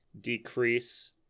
decrease